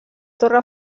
torre